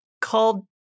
called